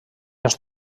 ens